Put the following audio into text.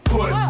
Put